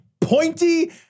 pointy